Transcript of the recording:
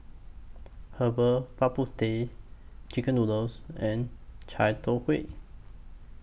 Herbal Bak Ku Teh Chicken Noodles and Chai Tow Kway